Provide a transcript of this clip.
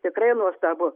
tikrai nuostabu